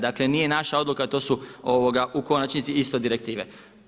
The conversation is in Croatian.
Dakle nije naša odluka to su u konačnici isto direktive.